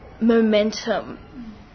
momentum